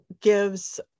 gives